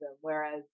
Whereas